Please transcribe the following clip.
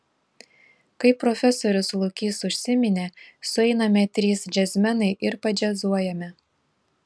kaip profesorius lukys užsiminė sueiname trys džiazmenai ir padžiazuojame